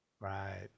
right